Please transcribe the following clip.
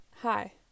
Hi